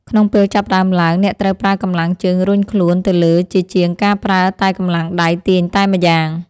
ក្នុងពេលចាប់ផ្ដើមឡើង អ្នកត្រូវប្រើកម្លាំងជើងរុញខ្លួនទៅលើជាជាងការប្រើតែកម្លាំងដៃទាញតែម្យ៉ាង។